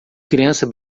criança